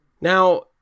now